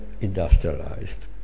industrialized